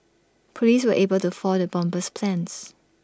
Police were able to foil the bomber's plans